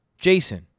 Jason